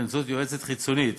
באמצעות יועצת חיצונית,